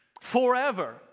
Forever